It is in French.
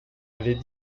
avait